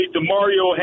DeMario